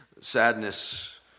Sadness